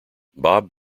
bob